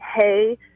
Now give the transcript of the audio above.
hey